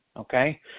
okay